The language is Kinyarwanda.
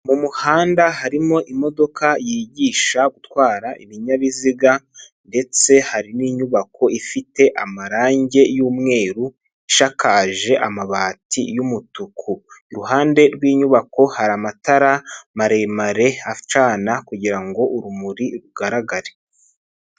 Mu muhanda harimo imodoka yigisha gutwara ibinyabiziga ndetse hari n'inyubako ifite amarange y'umweru, ishakaje amabati y'umutuku, iruhande rw'inyubako hari amatara maremare acana kugira ngo urumuri rugaragare.